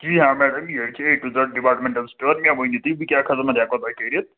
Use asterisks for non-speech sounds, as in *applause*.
*unintelligible* جی ہاں میڑم جی أسۍ چھِ اے ٹوٚ ذڑ ڈِپارٹمیٚنٹل سٹور مےٚ ؤنِو تُہۍ بہٕ کیاہ خدمت ہیٚکہو تۄہہِ کٔرِتھ